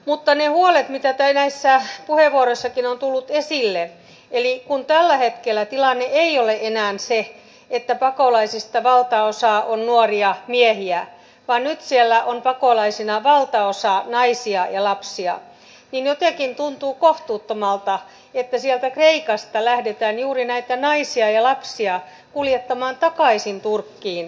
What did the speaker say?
mutta kun näissä puheenvuoroissakin on tullut esille niitä huolia siitä että tällä hetkellä tilanne ei ole enää se että pakolaisista valtaosa on nuoria miehiä vaan nyt siellä on pakolaisista valtaosa naisia ja lapsia niin jotenkin tuntuu kohtuuttomalta että sieltä kreikasta lähdetään juuri näitä naisia ja lapsia kuljettamaan takaisin turkkiin